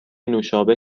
نوشابه